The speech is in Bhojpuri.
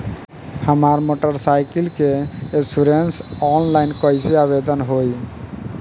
हमार मोटर साइकिल के इन्शुरन्सऑनलाइन कईसे आवेदन होई?